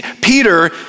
Peter